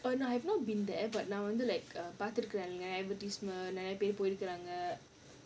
oh no I have not been there but i~ I wanted like பார்த்துருக்கேன்:paathurukkaen advertisement and நிறைய பேரு போயிருக்காங்க:niraiya peru poirukkaanga